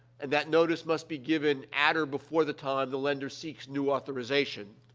and that notice must be given at or before the time the lender seeks new authorization,